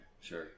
Sure